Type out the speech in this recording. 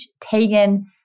Tegan